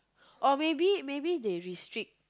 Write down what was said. or maybe maybe they restrict